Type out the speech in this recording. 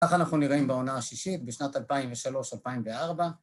‫כך אנחנו נראים בעונה השישית ‫בשנת 2003-2004.